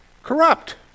Corrupt